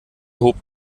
hob